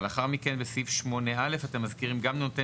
אבל לאחר מכן בסעיף 8 א' אתם מזכירים גם נותן